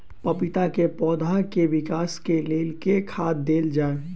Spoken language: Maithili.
पपीता केँ पौधा केँ विकास केँ लेल केँ खाद देल जाए?